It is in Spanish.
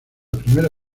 primera